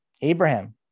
Abraham